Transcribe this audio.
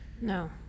no